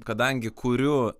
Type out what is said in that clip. kadangi kuriu